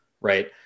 right